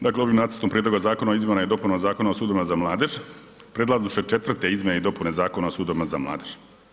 Dakle ovim Nacrtom prijedloga Zakona o izmjenama i dopunama Zakona o sudovima za mladež predlažu se 4. izmjene i dopune Zakona o sudovima za mladež.